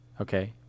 okay